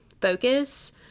focus